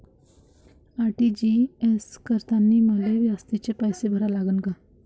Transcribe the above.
RTGS करतांनी मले जास्तीचे पैसे भरा लागन का?